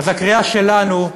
אז הקריאה שלנו,